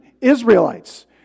Israelites